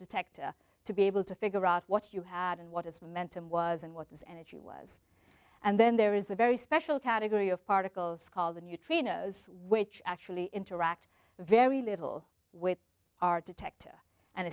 detector to be able to figure out what you had and what is meant and was and what this energy was and then there is a very special category of particles called the neutrinos which actually interact very little with our detector and